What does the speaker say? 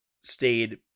stayed